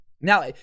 Now